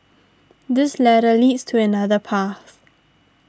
this ladder leads to another path